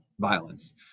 violence